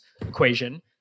equation